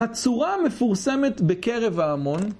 הצורה המפורסמת בקרב ההמון